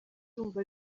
ndumva